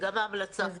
וגם ההמלצה שלי.